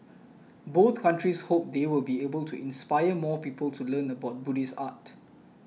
both countries hope they will be able to inspire more people to learn about Buddhist art